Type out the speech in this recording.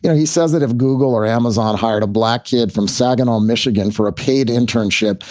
yeah he says that if google or amazon hired a black kid from saginaw, michigan, for a paid internship,